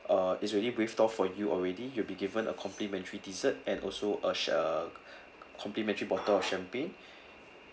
uh it's already waived off for you already you'll be given a complementary dessert and also a ch~ uh complimentary bottle of champagne